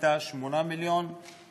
והיא הייתה 8 מיליון ב-2013,